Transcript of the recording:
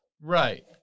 right